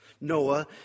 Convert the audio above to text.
Noah